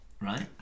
Right